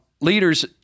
leaders